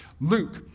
Luke